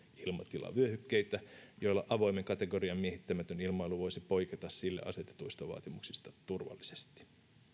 ilmatilavyöhykkeitä joilla avoimen kategorian miehittämätön ilmailu voisi poiketa sille asetetuista vaatimuksista turvallisesti